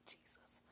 Jesus